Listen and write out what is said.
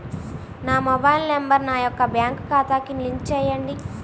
నా mobile number నా యొక్క బ్యాంక్ ఖాతాకి లింక్ చేయండీ?